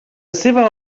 seva